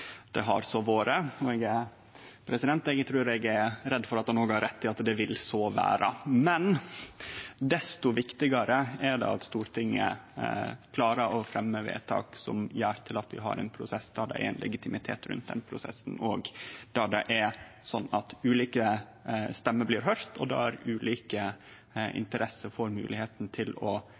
Det har så vore, og eg trur eg er redd for at han òg har rett i at det «vil so vera». Men desto viktigare er det at Stortinget klarer å fremje vedtak som gjer at vi har ein prosess det er ein legitimitet rundt, der det er sånn at ulike stemmer blir høyrde, og der ulike interesser får moglegheita til å